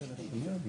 לא,